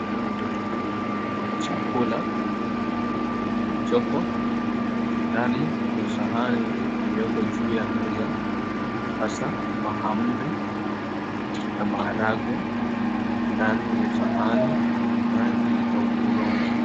Chakula kilichopo ndani ya sahani iliyoko juu ya meza, hasa mahamri na maharagwe ndani ya sahani rangi ya hudhurungi.